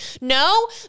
No